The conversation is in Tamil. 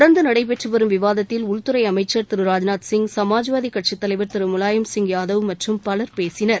தொடர்ந்து நடைபெற்று வரும் விவாதத்தில் உள்துறை அமைச்சர் திரு ராஜ்நாத் சிங் சமாஜ்வாதி கட்சித்தலைவர் திரு முலாயம் சிங் யாதவ் மற்றும் பலர் பேசினர்